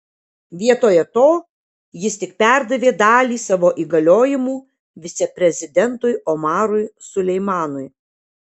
vietoje to jis tik perdavė dalį savo įgaliojimų viceprezidentui omarui suleimanui